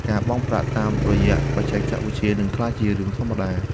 ការបង់ប្រាក់តាមរយៈបច្ចេកវិទ្យា នឹងក្លាយជារឿងធម្មតា។